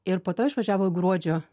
ir po to išvažiavo į gruodžio